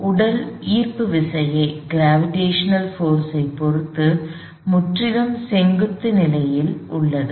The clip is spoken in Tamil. எனவே உடல் ஈர்ப்பு விசையைப் பொறுத்து முற்றிலும் செங்குத்து நிலையில் உள்ளது